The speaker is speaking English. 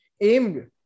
aimed